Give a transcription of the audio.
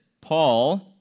Paul